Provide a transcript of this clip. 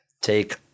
take